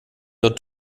dort